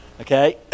okay